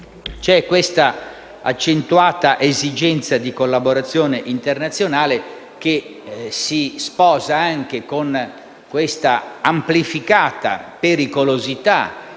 C'è un'accentuata esigenza di collaborazione internazionale che si sposa con l'amplificata pericolosità